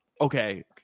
okay